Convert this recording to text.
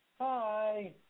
Hi